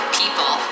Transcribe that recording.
people